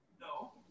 No